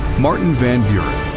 martin van buren